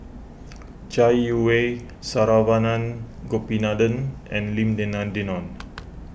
Chai Yee Wei Saravanan Gopinathan and Lim Denan Denon